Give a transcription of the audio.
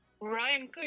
Ryan